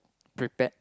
prepared